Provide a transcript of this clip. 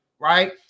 right